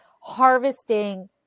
harvesting